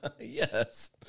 Yes